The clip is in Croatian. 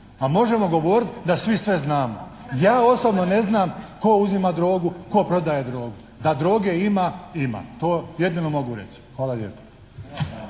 A možemo govoriti da svi sve znamo. Ja osobno ne znam tko uzima drogu, tko prodaje drogu? Da droge ima, ima. To jedino mogu reći. Hvala lijepo.